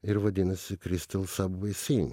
ir vadinasi crystal subway scene